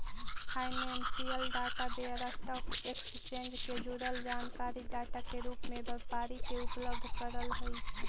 financial data vendor stock exchange से जुड़ल जानकारी डाटा के रूप में व्यापारी के उपलब्ध करऽ हई